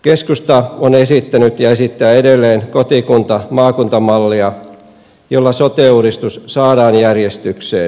keskusta on esittänyt ja esittää edelleen kotikuntamaakunta mallia jolla sote uudistus saadaan järjestykseen